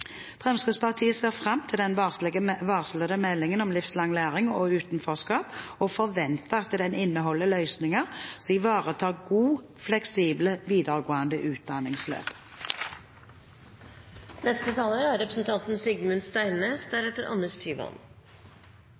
Fremskrittspartiet ser fram til den varslede meldingen om livslang læring og utenforskap og forventer at den inneholder løsninger som ivaretar gode, fleksible videregående utdanningsløp. Å fullføre videregående skole er